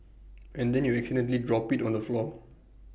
and then you accidentally drop IT on the floor